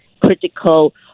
critical